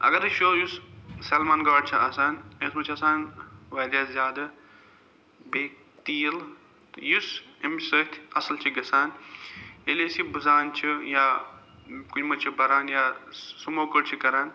اگر أسۍ وٕچھو یُس سٮ۪لمان گاڈ چھِ آسان یَتھ مَنٛز چھِ آسان واریاہ زیادٕ بیٚیہِ تیٖل تہٕ یُس اَمہِ سۭتۍ اصٕل چھِ گَژھان ییٚلہِ أسۍ یہِ بٕزان چھِ یا کُنہِ مَنٛز چھِ بَران یا سٕموکٕڈ چھِ کَران